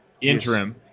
interim